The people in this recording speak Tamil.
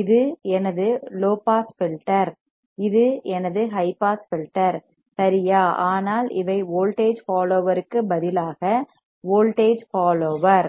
இது எனது லோ பாஸ் ஃபில்டர் இது எனது ஹை பாஸ் ஃபில்டர் சரியா ஆனால் இவை வோல்ட்டேஜ் ஃபால் ஓவர் க்கு பதிலாக வோல்ட்டேஜ் ஃபால் ஓவர்